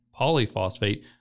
polyphosphate